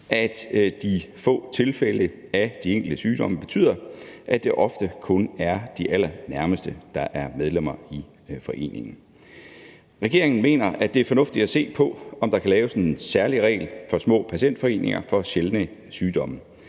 at de få tilfælde af de enkelte sygdomme betyder, at det ofte kun er de allernærmeste, der er medlemmer i foreningen. Regeringen mener, at det er fornuftigt at se på, om der kan laves en særlig regel for små patientforeninger for sjældne sygdomme.